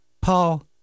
Paul